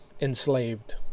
enslaved